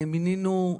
מינינו,